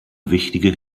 wichtige